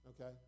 okay